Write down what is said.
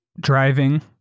driving